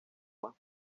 más